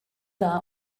dda